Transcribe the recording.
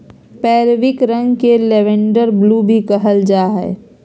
periwinkle रंग के lavender blue भी कहल जा हइ